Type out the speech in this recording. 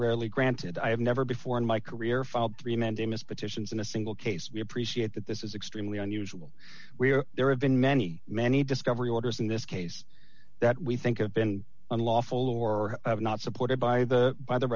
rarely granted i have never before in my career felt three mandamus petitions in a single case we appreciate that this is extremely unusual where there have been many many discovery orders in this case that we think of been unlawful or not supported by the by the